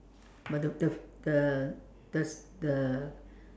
but the the the the